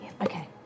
Okay